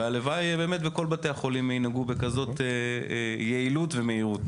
הלוואי שכל בתי החולים ינהגו בכזאת יעילות ומהירות.